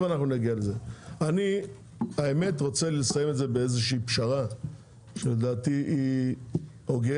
אני רוצה לסיים את זה באיזושהי פשרה שהיא לדעתי הוגנת.